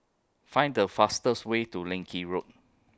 Find The fastest Way to Leng Kee Road